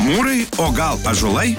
mūrai o gal ąžuolai